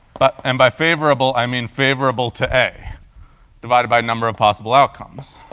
but and by favorable, i mean favorable to a divided by a number of possible outcomes.